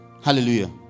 Hallelujah